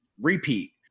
repeat